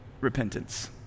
repentance